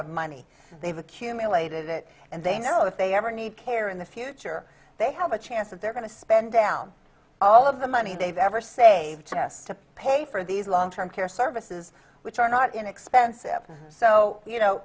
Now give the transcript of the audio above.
have money they've accumulated it and they know if they ever need care in the future they have a chance they're going to spend down all of the money they've ever saved to pay for these long term care services which are not inexpensive and so you know